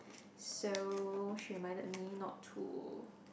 so she reminded me not to